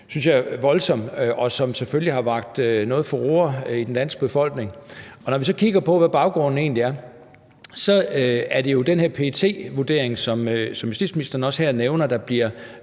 synes jeg, voldsom, og som selvfølgelig har vakt noget furore i den danske befolkning. Når vi så kigger på, hvad baggrunden egentlig er, er det jo den her PET-vurdering, som justitsministeren også nævner her, der bliver